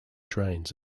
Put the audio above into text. drains